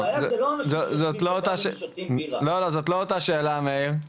זאת לא אותה שאלה מאיר.